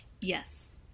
Yes